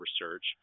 research